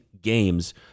games